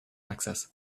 access